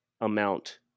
amount